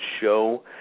show